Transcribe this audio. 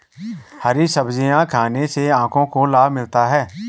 हरी सब्जियाँ खाने से आँखों को लाभ मिलता है